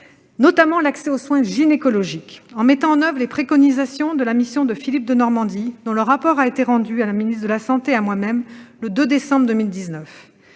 notamment gynécologiques, en mettant en oeuvre les préconisations de la mission de Philippe Denormandie, figurant dans le rapport rendu à la ministre de la santé et à moi-même le 2 décembre 2019.